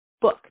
book